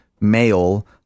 male